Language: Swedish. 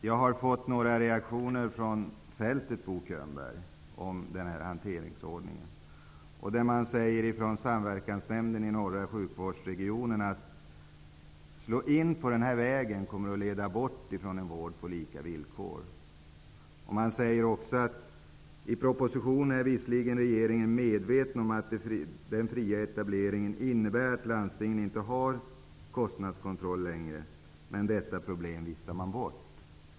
Jag har fått några reaktioner från fältet, Bo Könberg, om den här hanteringsordningen. Samverkansnämnden i norra sjukvårdsregionen säger att om man slår in på den här vägen, kommer det att leda bort ifrån en vård på lika villkor. Man säger vidare: I propositionen är visserligen regeringen medveten om att den fria etableringen innebär att landstingen inte längre har kostnadskontroll, men detta problem viftar den bort.